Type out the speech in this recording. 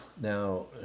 now